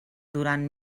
durant